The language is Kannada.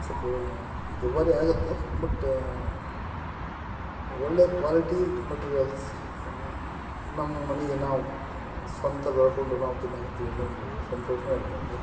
ಸ್ವಲ್ಪ ದುಬಾರಿ ಆಗುತ್ತೆ ಬಟ್ ಒಳ್ಳೆಯ ಕ್ವಾಲಿಟಿ ಮಟೀರಿಯಲ್ಸ್ ನಮ್ಮಮನೆಗೆ ನಾವು ಸ್ವಂತ ಬೆಳ್ಕೊಂಡು ನಾವು ತಿನ್ನೋಕತ್ತಿವನ್ನೋದು ಸಂತೋಷಾನೂ ಇರ್ತದೆ